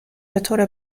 بطور